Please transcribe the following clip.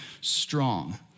strong